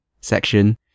section